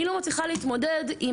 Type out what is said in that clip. עם